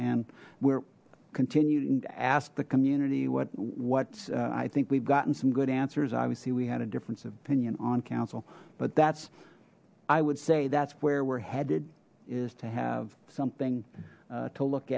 and we're continued and asked the community what what i think we've gotten some good answers obviously we had a difference of opinion on council but that's i would say that's where we're headed is to have something to look